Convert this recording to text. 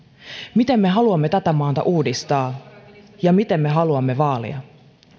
miten me haluamme tätä maata uudistaa ja miten me haluamme vaalia